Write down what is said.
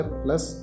plus